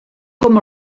com